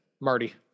Marty